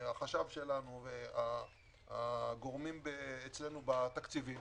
החשב שלנו והגורמים אצלנו בתקציבים,